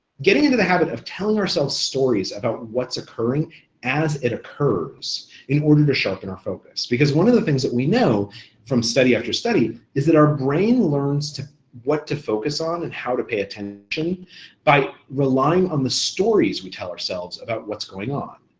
getting into the habit of telling ourselves stories about what's occurring as it occurs in order to sharpen our focus, because one of the things that we know from study after study is that our brain learns what to to focus on and how to pay attention by relying on the stories we tell ourselves about what's going on.